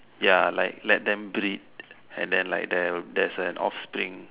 ya like let them breed and then like there there's an offspring